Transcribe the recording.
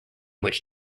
which